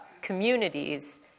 communities